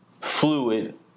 fluid